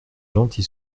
gentil